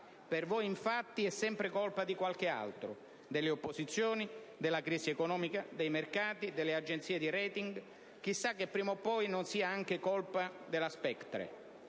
Per voi, infatti, è sempre colpa di qualcun altro: delle opposizioni, della crisi economica, dei mercati, delle agenzie di *rating*. Chissà che prima o poi non sia colpa anche della Spectre!